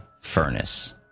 furnace